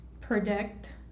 predict